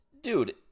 Dude